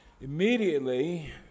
Immediately